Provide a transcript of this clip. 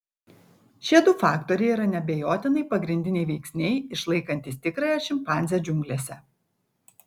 šie du faktoriai yra neabejotinai pagrindiniai veiksniai išlaikantys tikrąją šimpanzę džiunglėse